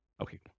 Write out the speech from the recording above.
Okay